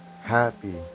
Happy